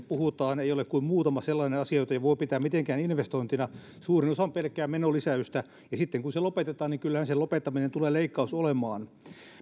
puhutaan ei ole kuin muutama sellainen asia jota voi pitää mitenkään investointina suurin osa on pelkkää menolisäystä ja sitten kun se lopetetaan niin kyllähän se lopettaminen tulee leikkaus olemaan